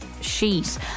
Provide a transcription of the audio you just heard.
sheet